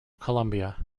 columbia